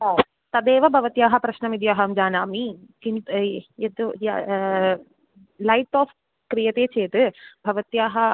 हा तदेव भवत्याः प्रश्नमिति अहं जानामि किन्तु यत् लैट् आफ़् क्रियते चेत् भवत्याः